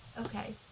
Okay